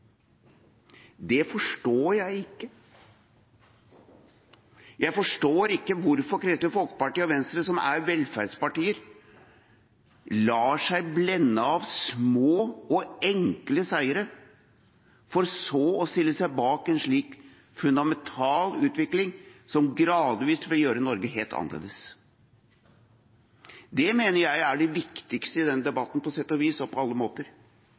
Det forstår jeg ikke. Jeg forstår ikke hvorfor Kristelig Folkeparti og Venstre, som er velferdspartier, lar seg blende av små og enkle seire, for så å stille seg bak en slik fundamental utvikling som gradvis vil gjøre Norge helt annerledes. Dette mener jeg på alle måter er det viktigste i denne debatten.